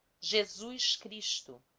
jesus christo